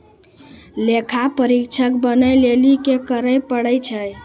लेखा परीक्षक बनै लेली कि करै पड़ै छै?